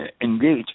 engage